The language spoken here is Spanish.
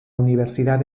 universidad